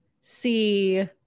see